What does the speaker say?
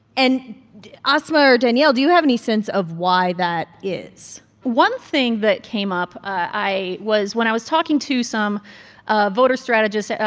and asma or danielle, do you have any sense of why that is? one thing that came up, i was when i was talking to some ah voter strategists,